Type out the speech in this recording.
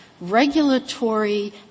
Regulatory